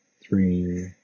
Three